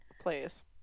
Please